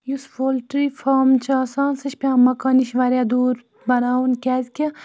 یُس poultry farm چھِ آسان سُہ چھِ پٮ۪وان مَکان نِش واریاہ دوٗر بَناوُن کیٛازِکہِ